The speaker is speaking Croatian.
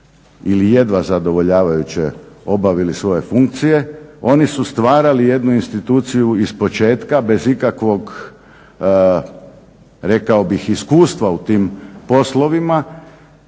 ili jedva zadovoljavajuće obavili svoje funkcije. Oni su stvarali jednu instituciju ispočetka bez ikakvog rekao bih iskustva u tim poslova